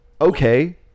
okay